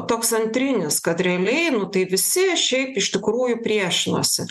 toks antrinis kad realiai nu tai visi šiaip iš tikrųjų priešinosi